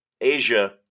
Asia